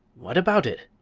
what about it?